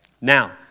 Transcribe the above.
Now